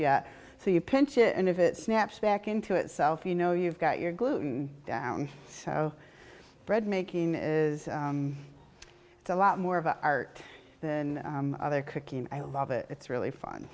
yet so you pinch it and if it snaps back into itself you know you've got your gluten down so bread making is a lot more of an art in other cooking i love it it's really fun